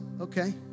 okay